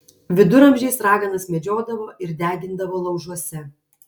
viduramžiais raganas medžiodavo ir degindavo laužuose